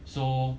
so